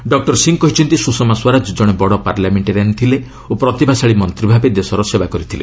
doctor Singh କହିଛନ୍ତି ସୁଷମା ସ୍ପରାଜ ଜଣେ ବଡ଼ ପାର୍ଲାମେଣ୍ଟାରିଆନ୍ ଥିଲେ ଓ ପ୍ରତିଭାଶାଳୀ ମନ୍ତ୍ରୀ ଭାବେ ଦେଶର ସେବା କରିଥିଲେ